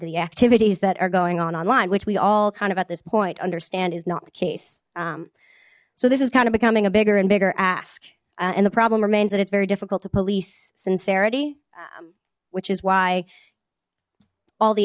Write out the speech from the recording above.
do the activities that are going on online which we all kind of at this point understand is not the case so this is kind of becoming a bigger and bigger ask and the problem remains that it's very difficult to police sincerity which is why all the